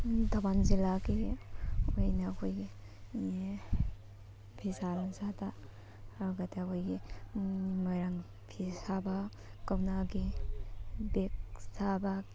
ꯊꯧꯕꯥꯜ ꯖꯤꯂꯥꯒꯤ ꯑꯣꯏꯅ ꯑꯩꯈꯣꯏꯒꯤ ꯐꯤꯁꯥ ꯂꯣꯟꯁꯥꯗ ꯑꯣꯏꯔꯒꯗ ꯑꯩꯈꯣꯏꯒꯤ ꯃꯣꯏꯔꯥꯡ ꯐꯤ ꯁꯥꯕ ꯀꯧꯅꯥꯒꯤ ꯕꯦꯛ ꯁꯥꯕ